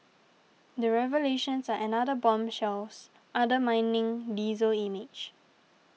the revelations are another bombshells undermining diesel's image